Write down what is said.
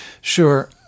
Sure